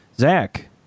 Zach